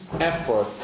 effort